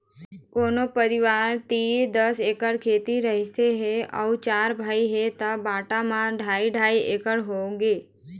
कोनो परिवार तीर दस एकड़ खेत रहिस हे अउ चार भाई हे त बांटा म ढ़ाई ढ़ाई एकड़ होगे